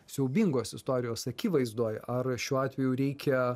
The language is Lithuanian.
siaubingos istorijos akivaizdoj ar šiuo atveju reikia